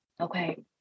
Okay